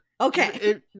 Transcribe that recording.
Okay